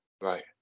Right